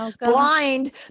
blind